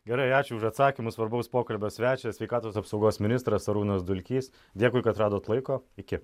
gerai ačiū už atsakymus svarbaus pokalbio svečias sveikatos apsaugos ministras arūnas dulkys dėkui kad radot laiko iki